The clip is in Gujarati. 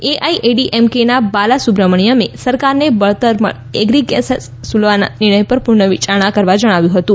એઆઈએડીએમકેના બાલા સુબ્રમણ્યમે સરકારને બળતણ પર એગ્રી સેસ વસૂલવાના નિર્ણય પર પુનર્વિચારણા કરવા જણાવ્યું હતું